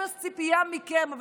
יש אפס ציפייה מכם.